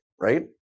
right